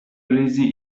ریزی